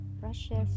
brushes